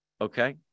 Okay